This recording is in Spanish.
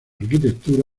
arquitectura